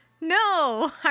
No